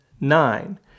nine